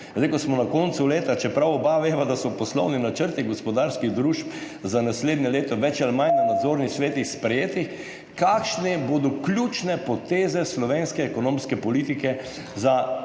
ko smo na koncu leta, čeprav oba veva, da so poslovni načrti gospodarskih družb za naslednje leto bolj ali manj na nadzornih svetih sprejeti – kakšne bodo ključne poteze slovenske ekonomske politike